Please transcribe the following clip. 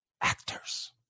actors